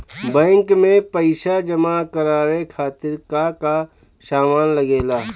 Bank में पईसा जमा करवाये खातिर का का सामान लगेला?